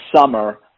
summer –